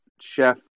chef